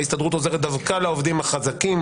ההסתדרות עוזרת דווקא לעוזרים החזקים,